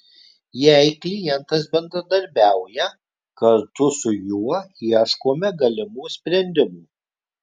jei klientas bendradarbiauja kartu su juo ieškome galimų sprendimų